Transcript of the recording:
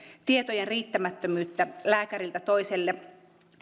tietojen riittämättömyyttä lääkäriltä toiselle